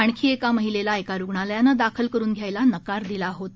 आणखी एका महिलेला एका रुग्णालयाने दाखल करुन घ्यायला नकार दिला होता